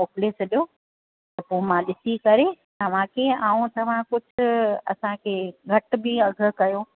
मोकिले छॾो त पोइ मां ॾिसी करे तव्हांखे ऐं तव्हां कुझु असांखे घटि बि अघु कयो